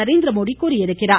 நரேந்திரமோதி தெரிவித்துள்ளார்